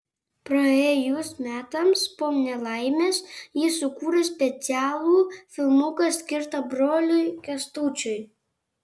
praėjus metams po nelaimės ji sukūrė specialų filmuką skirtą broliui kęstučiui